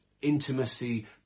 intimacy